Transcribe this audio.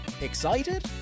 Excited